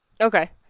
Okay